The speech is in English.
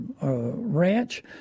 ranch